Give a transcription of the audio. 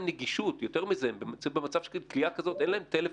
נגישות ואפילו קורה שלנשים האלה אין טלפון.